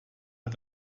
hat